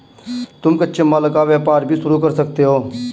तुम कच्चे माल का व्यापार भी शुरू कर सकते हो